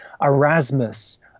Erasmus